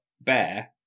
bear